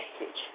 message